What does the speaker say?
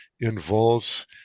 involves